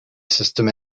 system